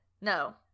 no